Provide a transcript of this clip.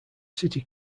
city